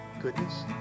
goodness